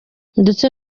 ndetse